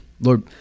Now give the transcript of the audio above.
Lord